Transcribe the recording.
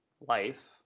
life